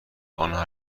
آنها